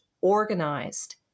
organized